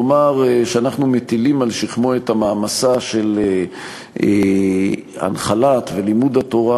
נאמר שאנחנו מטילים על שכמו את המעמסה של הנחלת ולימוד התורה